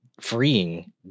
freeing